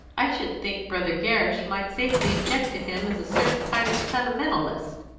i should think brother gerrish might safely object to him as a certain kind of sentimentalist.